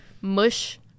mush